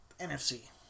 NFC